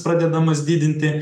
pradedamas didinti